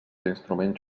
instruments